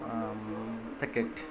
ತೆಕೆಟ್